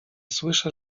słyszę